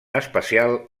especial